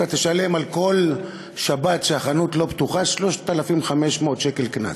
תשלם על כל שבת שהחנות לא פתוחה 3,500 שקל קנס.